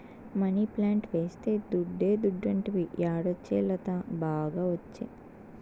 money plant వేస్తే దుడ్డే దుడ్డంటివి యాడొచ్చే లత, బాగా ఒచ్చే